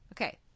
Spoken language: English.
Okay